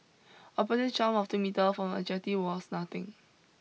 a practice jump of two metre from a jetty was nothing